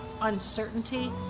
uncertainty